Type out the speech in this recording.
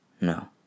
No